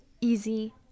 easy